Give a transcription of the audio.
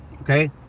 Okay